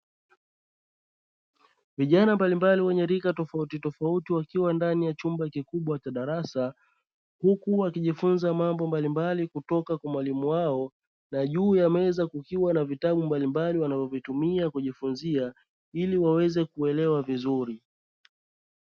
Vijana mbalimbali wenye rika tofautitofauti wakiwa ndani ya chumba kikubwa cha darasa, huku wakijifunza mambo mbalimbali kutoka kwa mwalimu wao na juu ya meza kukiwa na vitabu mbalimbali wanavyovitumia kujifunzia ili waweze kuelewa vizuri.